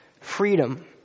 Freedom